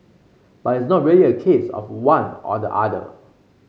but it's not really a case of one or the other